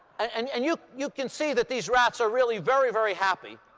and and you you can see that these rats are really very, very happy.